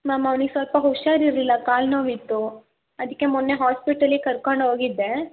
ma'am ಅವ್ನಿಗೆ ಸ್ವಲ್ಪ ಹುಷಾರು ಇರಲಿಲ್ಲ ಕಾಲು ನೋವು ಇತ್ತು ಅದಕ್ಕೆ ಮೊನ್ನೆ ಹಾಸ್ಪಿಟಲಿಗೆ ಕರ್ಕೊಂಡು ಹೋಗಿದ್ದೆ